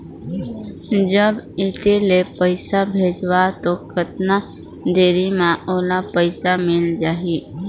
जब इत्ते ले पइसा भेजवं तो कतना देरी मे ओला पइसा मिल जाही?